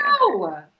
No